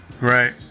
Right